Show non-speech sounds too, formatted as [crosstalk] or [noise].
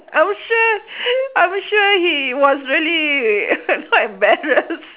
I'm sure [breath] I'm sure he was really [laughs] quite embarrassed [laughs]